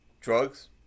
drugs